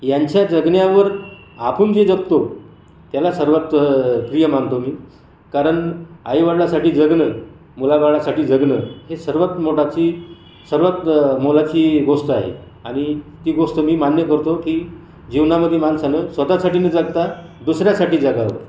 यांच्या जगण्यावर आपण जे जगतो त्याला सर्वात प्रिय मानतो मी कारण आईवडिलांसाठी जगणं मुलाबाळांसाठी जगणं हे सर्वांत मोलाची सर्वांत मोलाची गोष्ट आहे आणि ती गोष्ट मी मान्य करतो की जीवनामधी माणसानं स्वतःसाठी न जगता दुसऱ्यासाठी जगावं